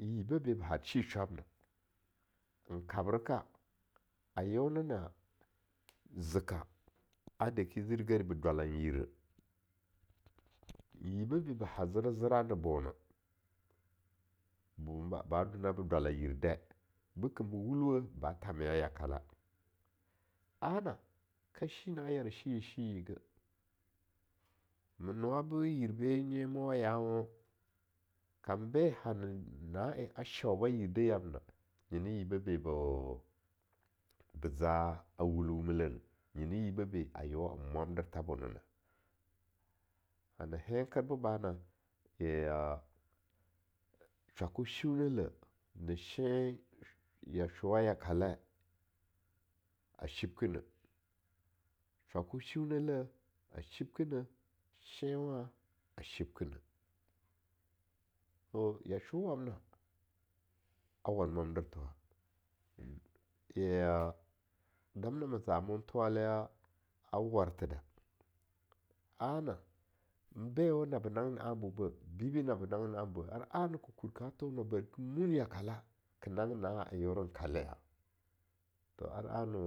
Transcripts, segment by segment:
Yibe be ba har shaishwabna,n kabre ka, a yeo na na - zeka adaki ziregeri ba dwalan yireh, yibeh be ba zera-zera ne bono, ba do na be dalan yir dai, beken bo wulweh ba thameya yakale, ana ka shi na'a a yara shiye a shiye nyinege, ma nowa be ir be ya nyemowa yanwa kambe hane na en a shauba yirdi yamnena, nyena yibeh be-ba-ba za a wulwumileneh nyena yibeh be a yeowan mwandertha a bonena, ane henker bo ba na, ya-ya- shwako shiuneleh nshenha yashowa yakale a shibkineh, shwako shiunelah ashibkine, enwa shibkineh a shibkine, shenwa a shibkineh to yasho wamna a war mwamderthowa, ya-ya damna ma zamo an thowala warthe da, ana, bewa nabu nangin anbo beh, n bibi nabo nangin anbo ar ana ke kur ka thona bari i mun yakala, ke nangin na'a en yeoren kalea, to ar ana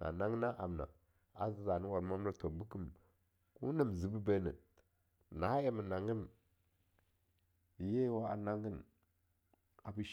ne nangena amna a za za ne war mwamdertho, ko nam zi bibe neh, na'en manangen, yewa angen ba be sh.